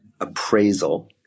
appraisal